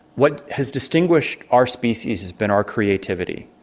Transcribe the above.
what has distinguished our species has been our creativity.